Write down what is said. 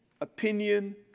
opinion